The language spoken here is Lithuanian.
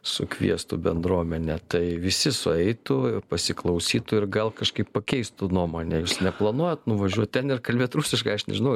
sukviestų bendruomenę tai visi sueitų pasiklausytų ir gal kažkaip pakeistų nuomonę jūs neplanuojat nuvažiuot ten ir kalbėt rusiškai aš nežinau